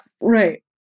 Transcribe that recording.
right